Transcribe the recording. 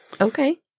Okay